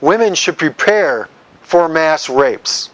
women should prepare for mass rapes